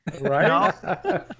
Right